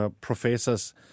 professors